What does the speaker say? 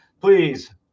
Please